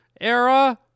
era